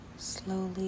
slowly